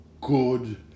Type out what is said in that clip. good